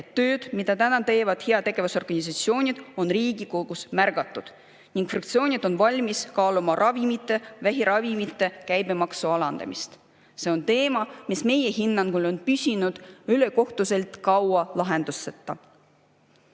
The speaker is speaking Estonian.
et tööd, mida täna teevad heategevusorganisatsioonid, on riigikogus märgatud ning fraktsioonid on valmis kaaluma ravimite (vähiravimite) käibemaksu alandamist. See on teema, mis meie hinnangul on püsinud ülekohtuselt kaua lahenduseta."